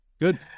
good